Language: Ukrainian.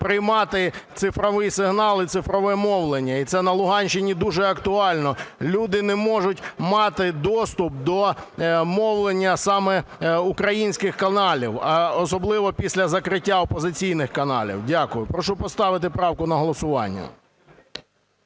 приймати цифрові сигнали і цифрове мовлення. І це на Луганщині дуже актуально. Люди не можуть мати доступ до мовлення саме українських каналів, а особливо після закриття опозиційних каналів. Дякую. Прошу поставити правку на голосування.